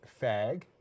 fag